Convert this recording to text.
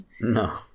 No